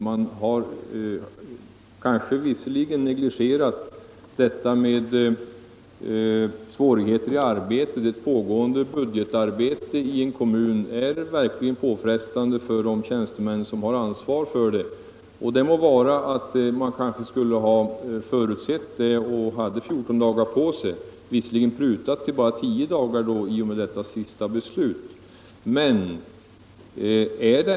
Man har tydligen negligerat svårigheterna i arbetet — ett pågående budgetarbete i en kommun är verk ligen påfrestande för de tjänstemän som har ansvar för det. Det må vara att han skulle ha förutsett ett avslag. De fjorton dagarna prutades i alla fall till tio dagar genom det sista beslutet i ärendet.